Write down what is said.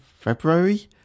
February